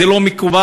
זה לא מקובל.